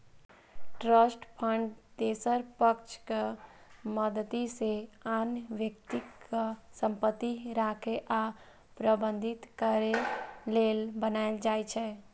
trust fund तेसर पक्षक मदति सं आन व्यक्तिक संपत्ति राखै आ प्रबंधित करै लेल बनाएल जाइ छै